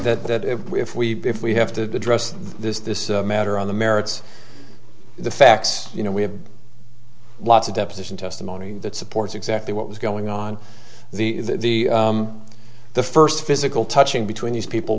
that if we if we have to address this this matter on the merits the facts you know we have lots of deposition testimony that supports exactly what was going on the the first physical touching between these people